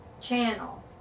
channel